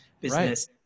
business